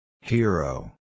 Hero